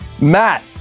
Matt